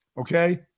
Okay